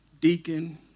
deacon